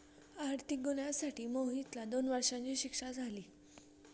आर्थिक गुन्ह्यासाठी मोहितला दोन वर्षांची शिक्षा झाली